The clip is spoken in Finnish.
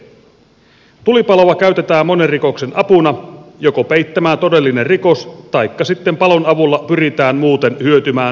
tulipaloa joko käytetään monen rikoksen apuna peittämään todellinen rikos taikka sitten palon avulla pyritään muuten hyötymään taloudellisesti